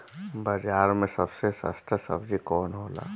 बाजार मे सबसे सस्ता सबजी कौन होला?